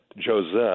Joseph